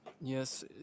Yes